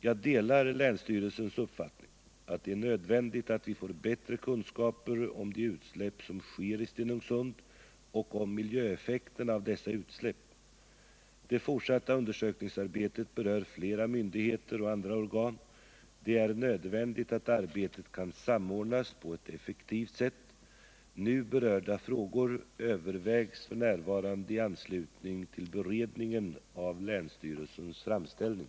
Jag delar länsstyrelsens uppfattning att det är nödvändigt att vi får bättre kunskaper om de utsläpp som sker i Stenungsund och om miljöeffekterna av dessa utsläpp. Det fortsatta undersökningsarbetet berör flera myndigheter och andra organ. Det är nödvändigt att arbetet kan samordnas på ett effektivt sätt. Nu berörda frågor övervägs f.n. i anslutning till beredningen av länsstyrelsens framställning.